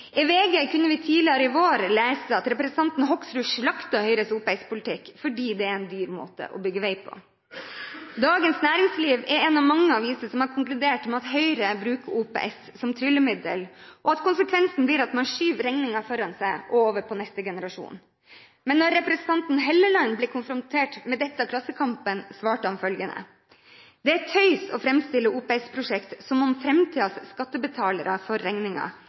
I VG kunne vi tidligere i vår lese at representanten Hoksrud slaktet Høyres OPS-politikk, fordi det er en dyr måte å bygge vei på. Dagens Næringsliv er én av mange aviser som har konkludert med at Høyre bruker OPS som tryllemiddel, og at konsekvensen blir at man skyver regningen foran seg og over på neste generasjon. Men da representanten Helleland ble konfrontert med dette av Klassekampen, svarte han følgende: «det er tøys å framstille OPS-prosjekt som om framtidas